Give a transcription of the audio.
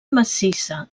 massissa